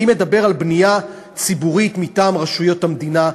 אני מדבר על בנייה ציבורית מטעם רשויות המדינה,